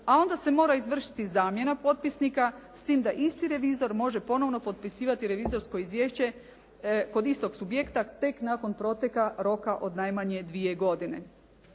a onda se mora izvršiti zamjena potpisnika s tim da isti revizor može ponovno potpisivati revizorsko izvješće kod istog subjekta tek nakon proteka roka od najmanje dvije godine.